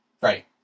right